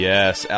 Yes